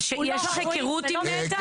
יש לך היכרות עם נת"ע?